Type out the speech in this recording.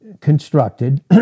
constructed